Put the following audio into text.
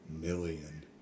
million